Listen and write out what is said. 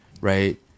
right